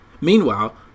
Meanwhile